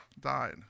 died